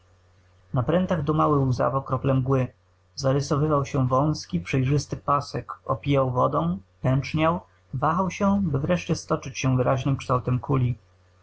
na prętach dumały łzawo krople mgły zarysowywał się wązki przejrzysty pasek opijał wodą pęczniał wahał się by wreszcie stoczyć się wyraźnym kształtem kuli